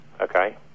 Okay